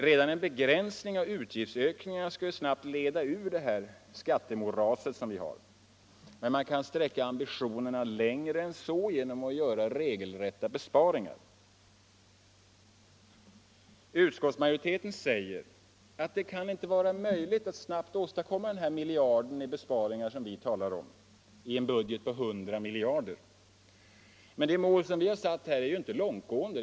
Redan en begränsning av utgiftsökningarna skulle snabbt leda ut ur det nuvarande skattemoraset. Men man kan sträcka ambitionerna längre än så genom att göra regelrätta besparingar. Utskottsmajoriteten säger att det kan inte vara möjligt att snabbt åstadkomma den här miljarden i besparingar, som vi talar om, i en budget på 100 miljarder. Det mål som vi har satt är ingenting långtgående.